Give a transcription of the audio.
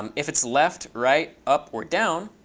um if it's left, right, up, or down,